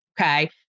Okay